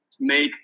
make